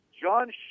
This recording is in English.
John